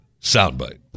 soundbite